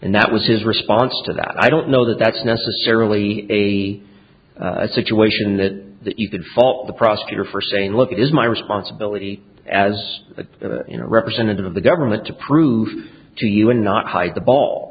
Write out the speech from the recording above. and that was his response to that i don't know that that's necessarily a situation that you could fault the prosecutor for saying look it is my responsibility as a representative of the government to prove to you and not hide the ball